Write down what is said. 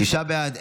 השר ישראל כץ,